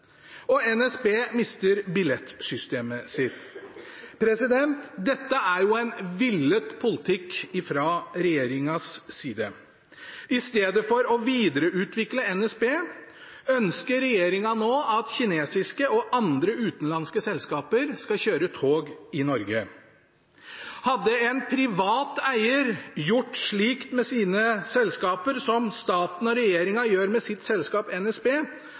og NSB mister billettsystemet sitt. Dette er en villet politikk fra regjeringens side. Istedenfor å videreutvikle NSB ønsker regjeringen nå at kinesiske og andre utenlandske selskaper skal kjøre tog i Norge. Hadde en privat eier gjort slik med sine selskaper som staten og regjeringen gjør med sitt selskap NSB,